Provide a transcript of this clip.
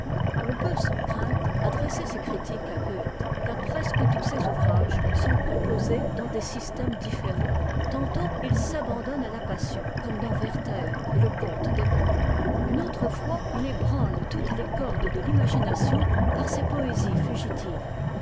on peut sans crainte adresser ces critiques à goethe car presque tous ses ouvrages sont composés dans des systèmes différents tantôt il s'abandonne à la passion comme dans e et le com e e mmmt une autre fois il ébranle toutes les cordes de l'imagination par ses poésies fugitives